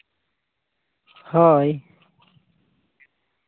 ᱦᱳᱭ